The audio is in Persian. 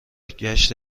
گشت